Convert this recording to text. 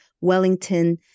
Wellington